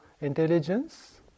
intelligence